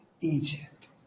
Egypt